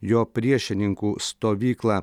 jo priešininkų stovyklą